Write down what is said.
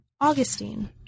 Augustine